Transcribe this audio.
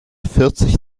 vierzig